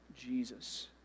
Jesus